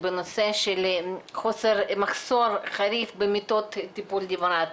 בנושא של מחסור חריף במיטות טיפול נמרץ